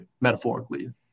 metaphorically